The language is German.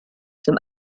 zum